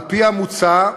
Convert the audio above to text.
על-פי המוצע,